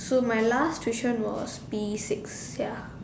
so my last tuition was P six ya